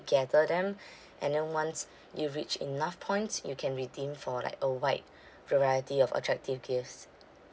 gather them and then once you reach enough points you can redeem for like a wide variety of attractive gifts